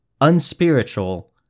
unspiritual